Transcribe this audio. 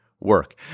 work